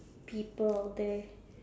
people that